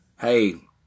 Hey